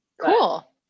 cool